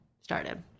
started